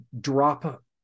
drop